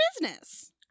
business